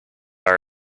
our